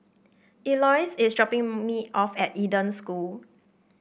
Elois is dropping me off at Eden School